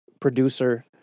producer